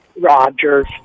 Rogers